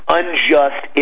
unjust